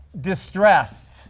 distressed